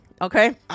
Okay